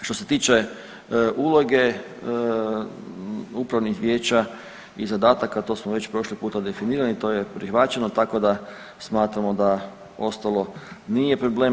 Što se tiče uloge upravnih vijeća i zadataka to smo već prošli puta definirali, to je prihvaćeno tako da smatramo da ostalo nije problem.